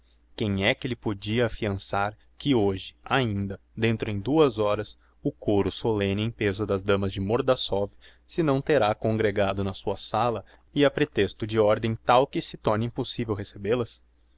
quem é que lhe podia affiançar que hoje ainda dentro em duas horas o côro solemne em peso das damas de mordassov se não terá congregado na sua sala e a pretexto de ordem tal que se torne impossivel recebêl as